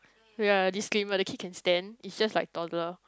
ya this game ah the kid can stand is just like toddler